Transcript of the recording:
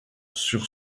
sur